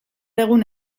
egun